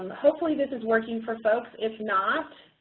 um hopefully this is working for folks. if not,